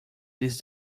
this